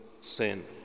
sin